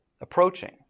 approaching